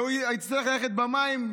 והוא יצטרך ללכת במים,